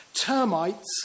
Termites